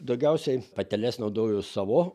daugiausiai pateles naudoju savo